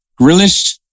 Grillish